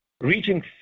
reaching